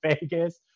vegas